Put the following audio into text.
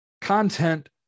content